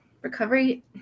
recovery